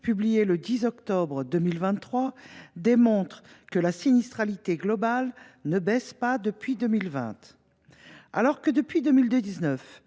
publié le 10 octobre dernier démontre que la sinistralité globale ne baisse pas depuis 2020. Alors que, depuis 2019,